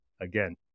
again